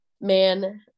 man